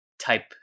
type